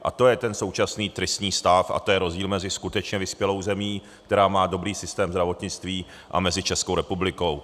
A to je ten současný tristní stav a to je rozdíl mezi skutečně vyspělou zemí, která má dobrý systém zdravotnictví, a Českou republikou.